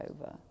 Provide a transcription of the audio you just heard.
over